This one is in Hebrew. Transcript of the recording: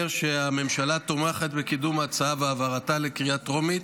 שהממשלה תומכת בקידום ההצעה והעברתה בקריאה טרומית,